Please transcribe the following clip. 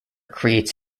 creates